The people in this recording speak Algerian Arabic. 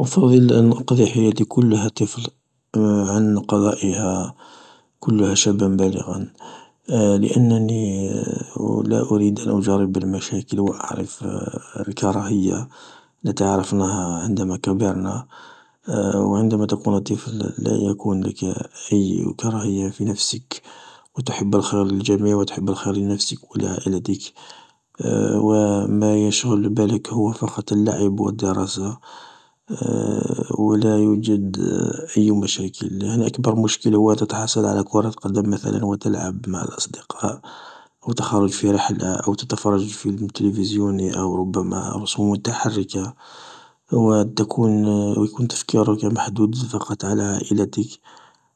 أفضل أن أقضي حياتي كلها طفل عن قضائها كلها شابا بالغا لانني لا اريد ان أجرب المشاكل و أعرف الكراهية التي عرفناها عندما كبرنا، و عندما تكون طفا لا يكون لك كراهية في نفسك و تحب الخير للجميع و تحب الخير لنفسك و لعائلتك و ما يشغل بالك هو فقط اللعب و الدراسة و لا يوجد اي مشاكل لأن أكبر مشكل هو ان تتحصل على كرة القدم مثلا و تلعب مع الأصدقاء أو تخرج في رحلة أو تتفرج فيلم تلفزيوني أو ربما رسوم متحركة و يكون تفكيرك محدود فقط على عائلتك